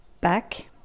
back